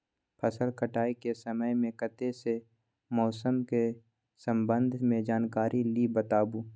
फसल काटय के समय मे कत्ते सॅ मौसम के संबंध मे जानकारी ली बताबू?